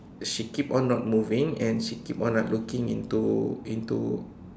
she keep on not moving and she keep on like looking into into